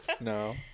No